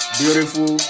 beautiful